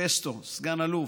פסטו, סגן אלוף.